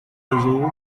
azul